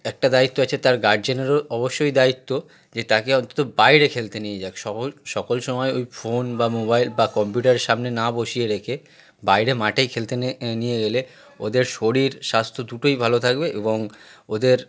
একটা দায়িত্ব আছে তার গার্জেনেরও অবশ্যই দায়িত্ব যে তাকে অন্তত বাইরে খেলতে নিয়ে যাক সকল সকল সময় ওই ফোন বা মোবাইল বা কম্পিউটারের সামনে না বসিয়ে রেখে বাইরে মাঠে খেলতে নিয়ে নিয়ে গেলে ওদের শরীর স্বাস্থ্য দুটোই ভালো থাকবে এবং ওদের